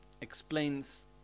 Explains